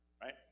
right